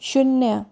शून्य